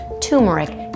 turmeric